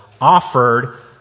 offered